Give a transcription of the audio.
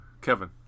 Kevin